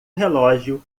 relógio